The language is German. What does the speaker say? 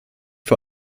für